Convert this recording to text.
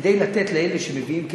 כדי לתת לאלה שמביאים כסף,